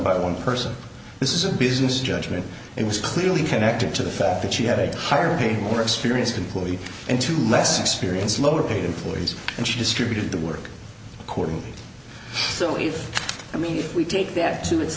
by one person this is a business judgment it was clearly connected to the fact that she had a higher paid more experienced employee and two less experienced lower paid employees and she distributed the work accordingly so if i mean if we take that to it